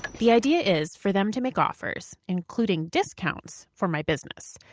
the idea is for them to make offers, including discounts, for my business.